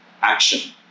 action